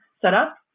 setup